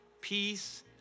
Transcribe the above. peace